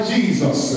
Jesus